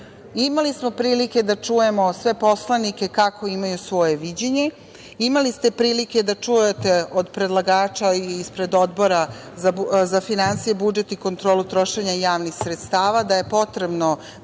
smo prilike da čujemo sve poslanike kako imaju svoje viđenje, imali ste prilike da čujete od predlagača ispred Odbora za finansije, budžet i kontrolu trošenja javnih sredstava da je potrebno